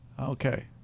Okay